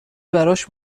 براش